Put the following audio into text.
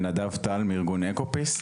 נדב טל, ארגון אקופיס.